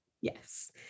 yes